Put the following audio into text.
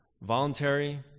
voluntary